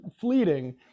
fleeting